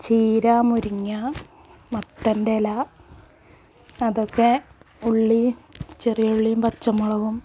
ചീര മുരിങ്ങ മത്തൻ്റെ ഇല അതൊക്കെ ഉള്ളി ചെറിയുള്ളിയും പച്ചമുളകും